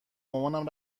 مامان